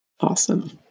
Awesome